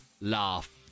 laugh